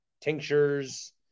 tinctures